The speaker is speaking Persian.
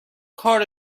کار